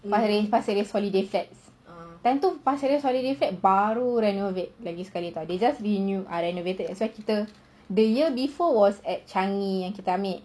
pasir ris holiday flat time itu pasir ris holiday flat baru renovate lagi sekali [tau] they just renewed renovated that's why kita the year before is at changi yang kita ambil